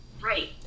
Right